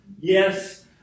Yes